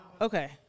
Okay